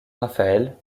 rafael